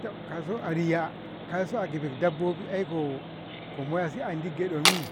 Tab kauso a riya kauso agibeb dabbobi aiko ko moyasi andi gyadau mi,